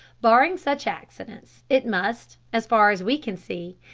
barring such accidents it must, as far as we can see,